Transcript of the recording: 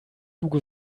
hugo